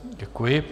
Děkuji.